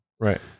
Right